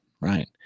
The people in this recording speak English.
right